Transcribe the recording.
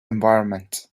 environment